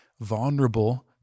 vulnerable